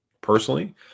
Personally